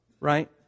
Right